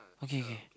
okay K